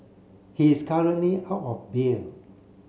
he is currently out on bail